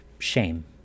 shame